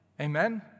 Amen